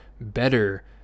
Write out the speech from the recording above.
better